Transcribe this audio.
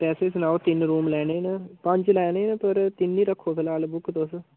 पैसे सनाओ तिन रूम लैने न पंज लैने पर तिन ही रक्खो फिलहाल बुक तुस